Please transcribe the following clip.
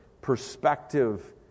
perspective